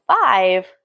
five